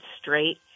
straight